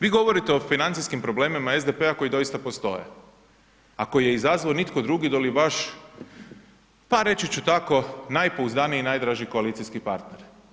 Vi govorite o financijskim problemima SDP-a koji doista postoje a koje je izazvao nitko drugi doli vaš pa reći ću tako, najpouzdaniji i najdraži koalicijski partner.